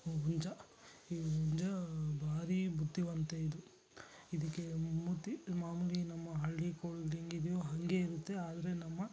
ಉ ಹುಂಜ ಈ ಹುಂಜ ಭಾರೀ ಬುದ್ದಿವಂತ ಇದು ಇದಕ್ಕೆ ಮುದಿ ಮಾಮೂಲಿ ನಮ್ಮ ಹಳ್ಳಿ ಕೋಳಿ ಹೆಂಗಿದೆಯೋ ಹಂಗೇ ಇರುತ್ತೆ ಆದರೆ ನಮ್ಮ